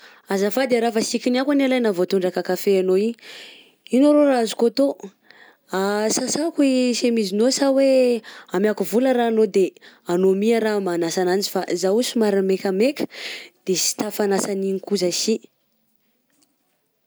Azafady e raha fa sy kinihako anie lay le nahavoatondraka kafe anao igny! _x000D_ Ino arô azoko atao? _x000D_ Sasako i chemisenao sa hoe omeako vola raha anao de anao my raha magnasa agnanjy fa zaho io somary mekameka de sy tafanasa an'igny koa zah sy.